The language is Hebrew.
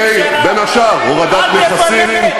על-ידי, בין השאר, הורדת מכסים.